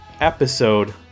episode